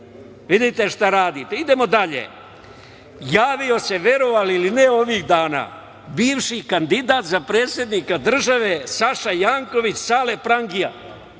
Vidite šta radite. Idemo dalje. Javio se, verovali ili ne, ovih dana bivši kandidat za predsednika države Saša Janković, Sale prangija